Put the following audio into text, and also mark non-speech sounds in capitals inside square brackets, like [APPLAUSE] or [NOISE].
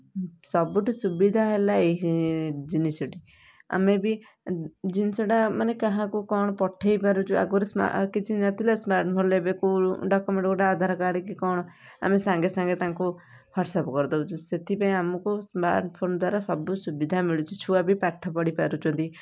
ସବୁଠୁ ସୁବିଧା ହେଲା ଏହି ଜିନିଷ ଟି ଆମେ ବି ଜିନିଷ ଟା ମାନେ କାହାକୁ କ'ଣ ପଠେଇ ପାରୁଛୁ ଆଗରୁ ସ୍ମା କିଛି ନଥିଲା ସ୍ମା [UNINTELLIGIBLE] ଏବେ କେଉଁ ଡକ୍ୟୁମେଣ୍ଟ୍ ଗୁଟେ ଆଧାରକାର୍ଡ଼ କି କ'ଣ ଆମେ ସାଙ୍ଗେ ସାଙ୍ଗେ ତାଙ୍କୁ ହ୍ବାଟସଅପ୍ କରି ଦଉଛୁ ସେଥିପାଇଁ ଆମକୁ ସ୍ମାର୍ଟଫୋନ୍ ଦ୍ବାରା ସବୁ ସୁବିଧା ମିଳୁଛି ଛୁଆ ବି ପାଠ ପଢ଼ି ପାରୁଛନ୍ତି